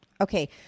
Okay